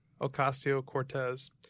Ocasio-Cortez